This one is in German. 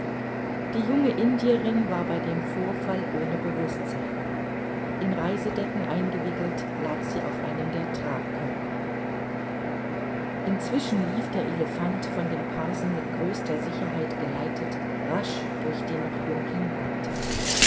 die junge indierin war bei dem vorfall ohne bewußtsein in reisedecken eingewickelt lag sie auf einem der tragkörbe inzwischen lief der elephant von dem parsen mit größter sicherheit geleitet rasch durch den noch dunkeln wald